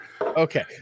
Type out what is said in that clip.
Okay